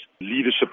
leadership